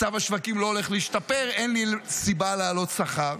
מצב השווקים לא הולך להשתפר, אין סיבה להעלות שכר,